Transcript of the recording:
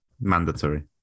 mandatory